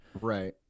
Right